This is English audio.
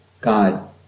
God